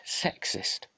sexist